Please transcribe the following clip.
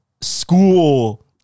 school